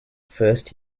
first